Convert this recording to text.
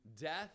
death